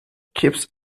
keeps